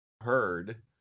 heard